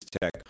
Tech